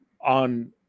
on